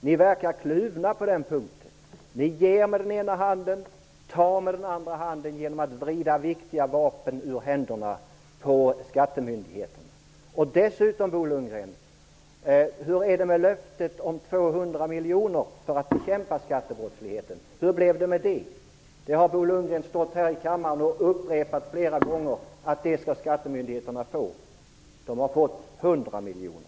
Ni verkar kluvna på den punkten. Ni ger med ena handen och tar med den andra handen genom att vrida viktiga vapen ur händerna på skattemyndigheterna. Hur är det med löftet om 200 miljoner kronor för att bekämpa skattebrottsligheten? Hur blev det med det? Bo Lundgren har stått här i kammaren och upprepat flera gånger att skattemyndigheterna skall få dem. De har fått hälften, 100 miljoner.